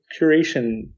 curation